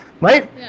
right